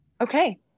Okay